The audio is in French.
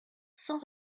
sans